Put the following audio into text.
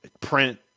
print